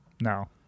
No